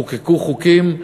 חוקקו חוקים,